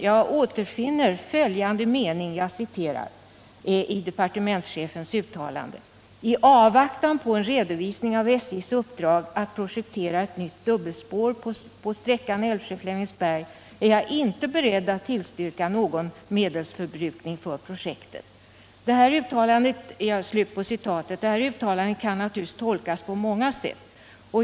Jag finner följande mening i departementchefens uttalande: ”I avvaktan på en redovisning av SJ:s uppdrag att projektera ett nytt dubbelspår på sträckan Älvsjö-Flemingsberg, är jag inte beredd att tillstyrka någon medelsförbrukning för projektet.” Detta uttalande kan naturligtvis tolkas på många sätt.